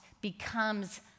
becomes